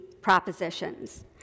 propositions